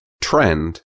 trend